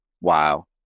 Wow